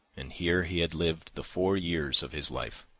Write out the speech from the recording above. and here he had lived the four years of his life.